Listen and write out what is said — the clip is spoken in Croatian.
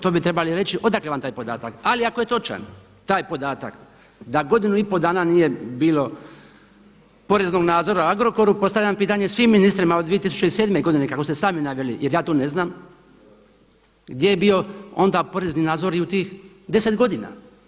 To bi trebali reći odakle vam taj podatak, ali ako je točan taj podatak da godinu i pol dana nije bilo poreznog nadzora u Agrokoru, postavljam pitanje svim ministrima od 2007. godine kako ste sami naveli jer ja to ne znam, gdje je bio onda porezni nadzor i onda u tih deset godina?